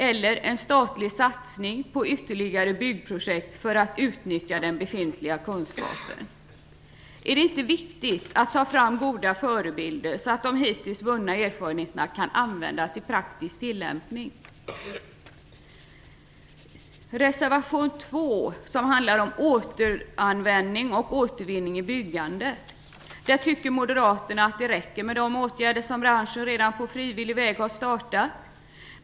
Eller vad de kan ha emot en statlig satsning på ytterligare byggprojekt för att utnyttja den befintliga kunskapen. Är det inte viktigt att ta fram goda förebilder så att de hittills vunna erfarenheterna kan användas i praktisk tillämpning? I reservation 2, som handlar om återanvändning och återvinning i byggandet, tycker moderaterna att det räcker med de åtgärder som branschen redan på frivillig väg har startat.